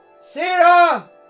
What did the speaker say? Sarah